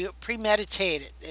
premeditated